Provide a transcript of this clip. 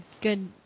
good